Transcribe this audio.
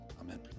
Amen